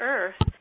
Earth